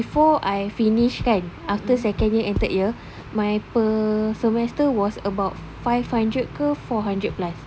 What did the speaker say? before I finish kan after second year and third year my per semester was about five hundred ke four hundred plus